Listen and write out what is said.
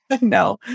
no